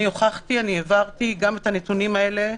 הוכחתי, העברתי את הנתונים האלה,